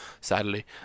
sadly